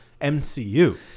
MCU